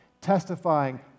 testifying